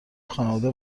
خانواده